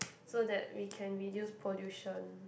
so that we can reduce pollution